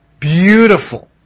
beautiful